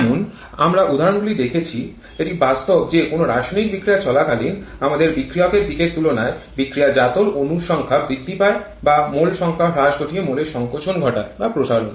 যেমন আমরা উদাহরণগুলি দেখেছি এটি সম্ভব যে কোনও রাসায়নিক বিক্রিয়া চলাকালীন আমাদের বিক্রিয়কের দিকের তুলনায় বিক্রিয়াজাতর অণুগুলির সংখ্যা বৃদ্ধি পায় বা মোল সংখ্যা হ্রাস ঘটিয়ে মোলের সংকোচন ঘটায় বা প্রসারণ